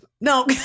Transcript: No